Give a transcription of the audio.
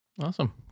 awesome